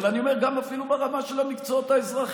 אבל אני אומר גם אפילו ברמה של המקצועות האזרחיים.